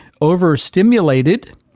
overstimulated